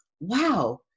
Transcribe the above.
wow